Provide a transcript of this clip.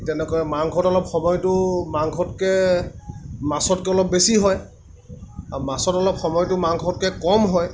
ঠিক তেনেকৈ মাংসত অলপ সময়টো মাংসতকৈ মাছতকৈ অলপ বেছি হয় আৰু মাছত অলপ সময়টো মাংসতকৈ কম হয়